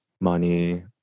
money